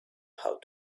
how